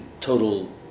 total